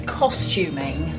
costuming